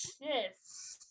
Yes